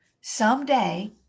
someday